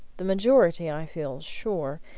the majority, i feel sure,